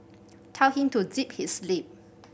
tell him to zip his lip